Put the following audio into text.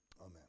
Amen